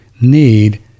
need